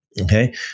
Okay